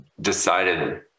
decided